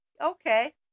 Okay